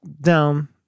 down